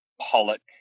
Pollock